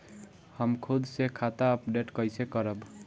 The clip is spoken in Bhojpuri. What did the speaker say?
हम खुद से खाता अपडेट कइसे करब?